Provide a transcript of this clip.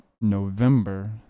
november